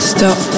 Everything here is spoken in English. Stop